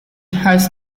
has